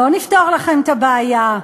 לא נפתור לכם את הבעיה?